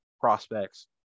prospects